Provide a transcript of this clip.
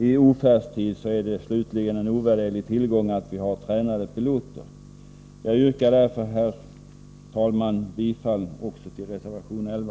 I ofärdstid slutligen är det en ovärderlig tillgång att vi har tränade piloter. Jag yrkar därför, herr talman, bifall också till reservation 11.